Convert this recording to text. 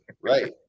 right